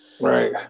right